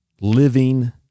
living